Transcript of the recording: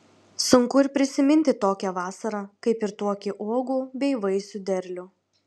sunku ir prisiminti tokią vasarą kaip ir tokį uogų bei vaisių derlių